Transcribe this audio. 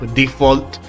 default